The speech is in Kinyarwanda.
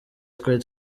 twari